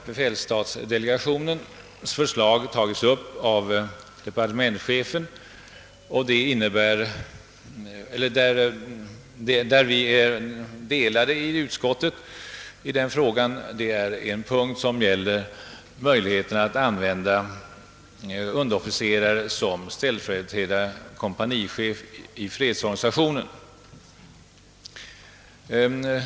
Befälsstatsdelegationens förslag har tagits upp av departementschefen, men utskottet har inte kunnat ena sig om att underofficerare bör kunna användas som ställföreträdande kompanichefer i fredsorganisationen.